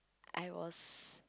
I was